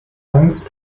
angst